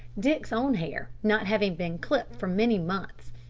dick's own hair, not having been clipped for many months,